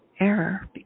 error